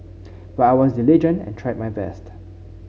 but I was diligent and tried my best